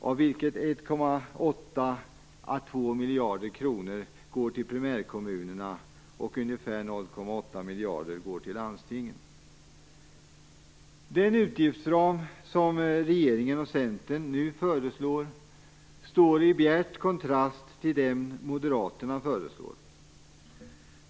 Av dessa pengar går 1,8-2 miljarder kronor till primärkommunerna och ungefär 0,8 miljarder kronor går till landstingen. Den utgiftsram som regeringen och Centern nu föreslår står i bjärt kontrast till Moderaternas förslag.